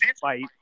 fight